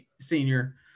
senior